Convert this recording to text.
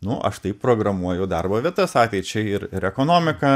nu aš tai programuoju darbo vietas ateičiai ir ir ekonomiką